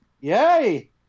Yay